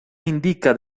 indica